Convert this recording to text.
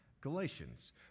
galatians